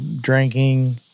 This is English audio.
drinking